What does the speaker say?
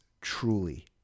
Truly